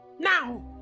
Now